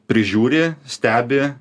prižiūri stebi